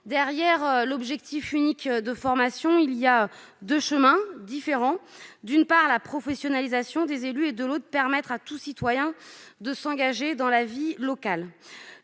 Derrière l'objectif unique de formation, il y a bien deux chemins différents, d'une part, la professionnalisation des élus et, de l'autre, permettre à tout citoyen de s'engager dans la vie locale.